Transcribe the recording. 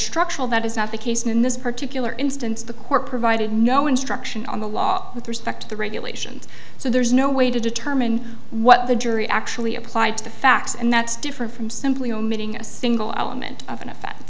structural that is not the case in this particular instance the court provided no instruction on the law with respect to the regulations so there's no way to determine what the jury actually applied to the facts and that's different from simply omitting a single element of an offe